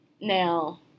Now